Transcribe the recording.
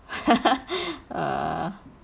ah